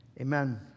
Amen